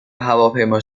هواپیما